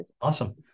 Awesome